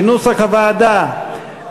כנוסח הוועדה.